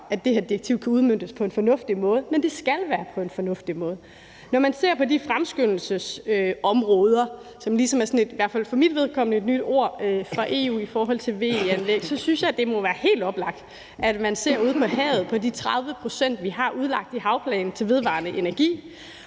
at det her direktiv kan udmøntes på en fornuftig måde, men det skal være på en fornuftig måde. Når man ser på de fremskyndelsesområder, som i hvert fald for mit vedkommende er et nyt ord fra EU i forhold til VE-anlæg, synes jeg, det må være helt oplagt, at man ser ud på havet på de 30 pct., vi har udlagt til vedvarende energi